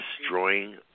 destroying